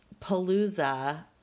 palooza